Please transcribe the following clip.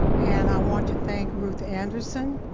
and i want to thank ruth anderson.